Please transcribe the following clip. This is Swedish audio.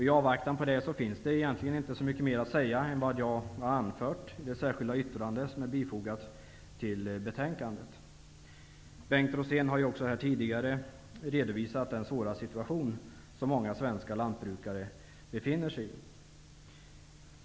I avvaktan därpå finns det egentligen inte så mycket mer att säga än vad jag anför i det särskilda yttrande som är bifogat till betänkandet. Bengt Rosén har tidigare redovisat den svåra situation som många svenska lantbrukare befinner sig i.